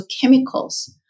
chemicals